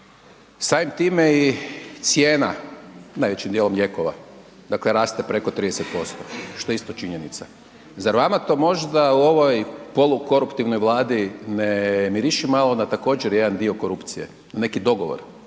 samim time i cijena, najvećim dijelom lijekova, dakle raste preko 30%, što je isto činjenica. Zar vama to možda u ovoj polu koruptivnoj Vladi ne miriši malo na također jedan dio korupcije, na neki dogovor?